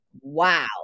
Wow